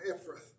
Ephraim